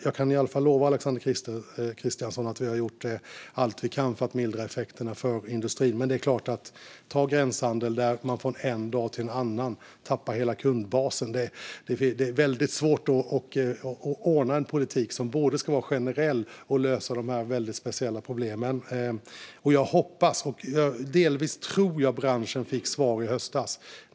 Jag kan i alla fall lova Alexander Christiansson att vi har gjort allt vi kan för att mildra effekterna för industrin. Men det är klart: Ta gränshandeln, där man från en dag till en annan tappar hela kundbasen. Det är väldigt svårt att ordna en politik som ska vara generell och samtidigt lösa de här väldigt speciella problemen. Jag hoppas och tror att branschen delvis fick svar i höstas.